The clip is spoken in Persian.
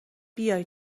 بیای